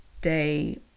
day